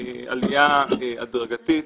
עלייה הדרגתית,